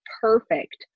perfect